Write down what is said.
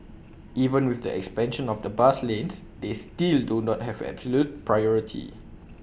even with the expansion of bus lanes they still do not have absolute priority